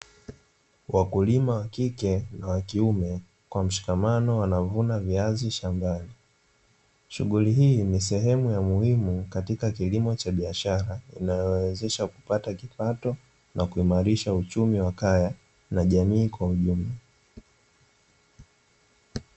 Wakulima wa kike na wa kiume kwa mshikamano wanavuna viazi shambani, shughuli hii ni sehemu ya muhimu katika kilimo cha biashara inayowezesha kupata kipato na kuimarisha uchumi wa kaya na jamii kwa ujumla.